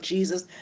Jesus